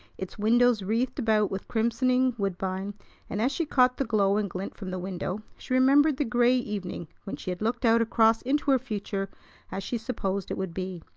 its windows wreathed about with crimsoning woodbine and, as she caught the glow and glint from the window, she remembered the gray evening when she had looked out across into her future as she supposed it would be.